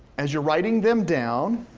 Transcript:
as you're writing them down,